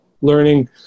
learning